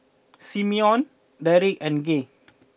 Simeon Deric and Gay